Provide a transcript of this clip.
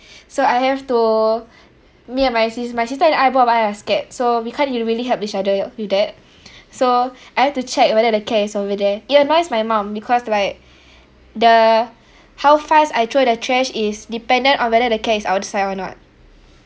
so I have to me and my sis~ my sister and I both of us are scared so we can't you know really help each other w~ with that so I have to check whether the cat is over there it annoys my mum because like the how fast I throw the trash is dependent on whether the cat is outside or not